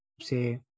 say